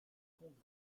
congrès